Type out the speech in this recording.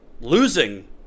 losing